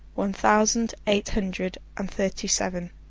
one thousand eight hundred and thirty-seven.